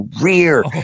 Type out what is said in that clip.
career